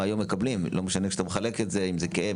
זה לא משנה אם אתה מחלק את זה לפי כאב,